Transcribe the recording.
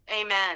Amen